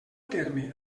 terme